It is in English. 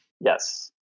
Yes